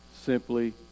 simply